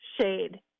shade